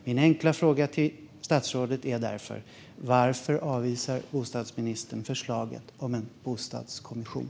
Min enkla fråga till statsrådet är varför bostadsministern avvisar förslaget om en bostadskommission.